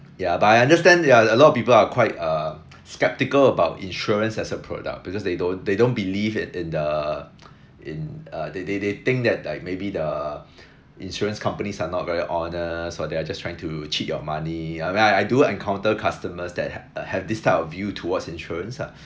ya but I understand ya a lot of people are quite um skeptical about insurance as a product because they don't they don't believe in in the in uh they they they think that like maybe the insurance companies are not very honest or they are just trying to cheat your money I mean I I do encounter customers that ha~ have this type of view towards insurance ah